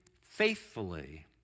faithfully